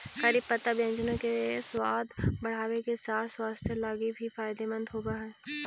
करी पत्ता व्यंजनों के सबाद बढ़ाबे के साथ साथ स्वास्थ्य लागी भी फायदेमंद होब हई